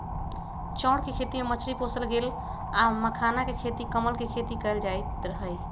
चौर कें खेती में मछरी पोशल गेल आ मखानाके खेती कमल के खेती कएल जाइत हइ